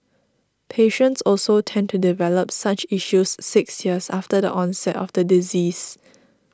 patients also tend to develop such issues six years after the onset of the disease